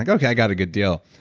like okay, i got a good deal.